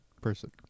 person